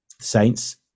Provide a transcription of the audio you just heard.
saints